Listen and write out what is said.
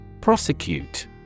Prosecute